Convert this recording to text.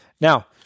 Now